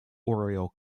oriel